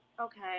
Okay